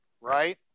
right